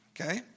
okay